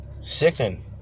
sickening